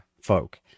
folk